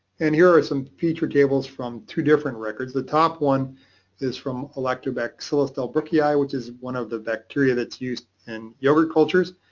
and here are some feature tables from two different records. the top one is from lactobacillus delbrueckii, which is one of the bacteria that's used in yoghurt cultures.